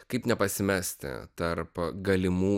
kaip nepasimesti tarp galimų